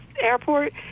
Airport